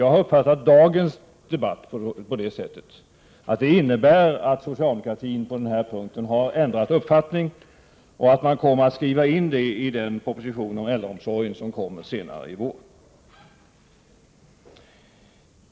Jag har uppfattat dagens debatt på det sättet att socialdemokratin på den här punkten har ändrat uppfattning och att man kommer att skriva in detta i den proposition om äldreomsorgen som kommer senare i vår.